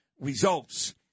results